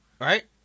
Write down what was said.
Right